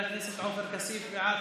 בעד,